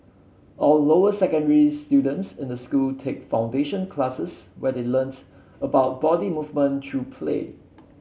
all lower secondary students in the school take foundation classes where they learn about body movement through play